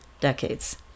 decades